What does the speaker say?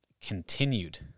continued